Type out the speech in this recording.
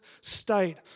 state